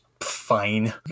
fine